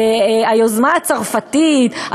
היוזמה הצרפתית,